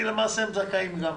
כי למעשה הם זכאים גם.